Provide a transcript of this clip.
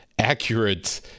accurate